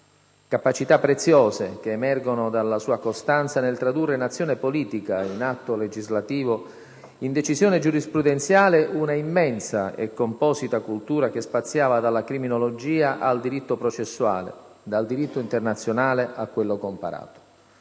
capacità preziose che emergono dalla sua costanza nel tradurre in azione politica, in atto legislativo, in decisione giurisprudenziale un'immensa e composita cultura che spaziava dalla criminologia al diritto processuale, dal diritto internazionale a quello comparato.